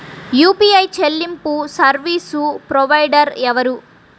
UPI చెల్లింపు service provider ఎవరు?